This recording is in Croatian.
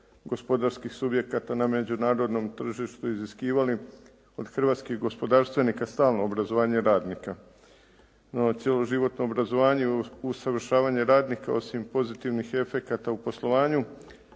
gospodarskih subjekata na međunarodnom tržištu iziskivali od hrvatskih gospodarstvenika stalno obrazovanje radnika, na cjeloživotno obrazovanje i usavršavanje radnika osim pozitivnih efekata u poslovanju